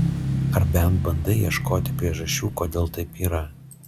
ar bent bandai ieškoti priežasčių kodėl taip yra